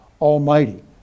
Almighty